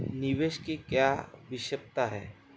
निवेश की क्या विशेषता है?